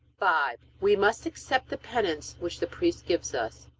five. we must accept the penance which the priest gives us.